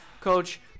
Coach